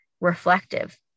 reflective